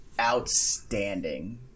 outstanding